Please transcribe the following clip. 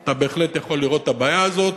אתה בהחלט יכול לראות את הבעיה הזאת.